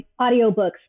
audiobooks